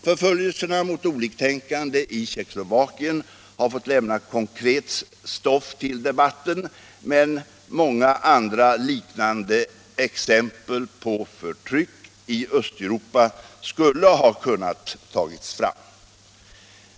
Förföljelserna mot oliktänkande i Tjeckoslovakien har fått lämna konkret stoff till debatten, men många andra liknande exempel på förtryck i Östeuropa skulle ha kunnat anföras.